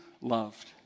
loved